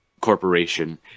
Corporation